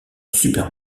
super